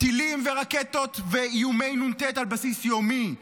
טילים ורקטות ואיומי נ"ט על בסיס יומי.